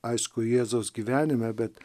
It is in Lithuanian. aišku jėzaus gyvenime bet